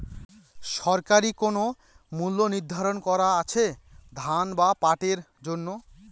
সরকারি কোন মূল্য নিধারন করা আছে ধান বা পাটের জন্য?